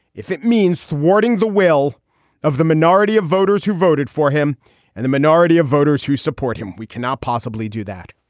if it means thwarting the will of the minority of voters who voted for him and the minority of voters who support him, we cannot possibly do that.